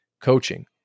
Coaching